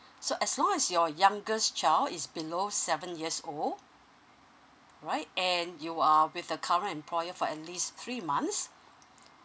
so as long as your youngest child is below seven years old right and you are with the current employer for at least three months